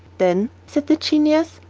then, said the genius,